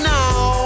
now